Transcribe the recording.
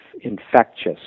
infectious